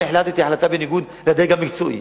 שהחלטתי החלטה בניגוד להמלצת הדרג המקצועי.